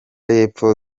y’epfo